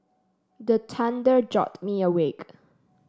the thunder jolt me awake